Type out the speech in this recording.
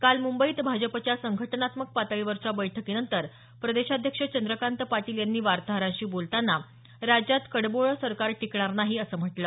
काल मुंबईत भाजपाच्या संघटनात्मक पातळीवरच्या बैठकीनंतर प्रदेशाध्यक्ष चंद्रकांत पाटील यांनी वार्ताहरांशी बोलताना राज्यात कडबोळं सरकार टिकणार नाही असं म्हटलं